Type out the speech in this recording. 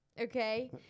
okay